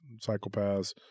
psychopaths